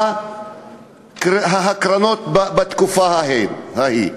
ההקרנות בתקופה ההיא.